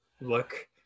look